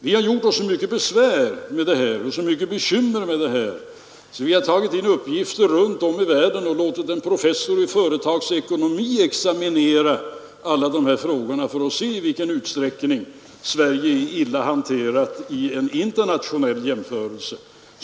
Vi har gjort oss så mycket besvär och så mycket bekymmer med detta att vi har inhämtat uppgifter runt om i världen och låtit en professor i företagsekonomi examinera alla de här frågorna för att se i vilken utsträckning Sverige visar sig vara illa hanterat vid en internationell jämförelse.